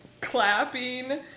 clapping